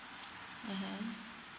mmhmm